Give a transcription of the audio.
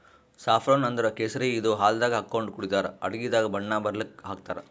saffron ಅಂದ್ರ ಕೇಸರಿ ಇದು ಹಾಲ್ದಾಗ್ ಹಾಕೊಂಡ್ ಕುಡಿತರ್ ಅಡಗಿದಾಗ್ ಬಣ್ಣ ಬರಲಕ್ಕ್ ಹಾಕ್ತಾರ್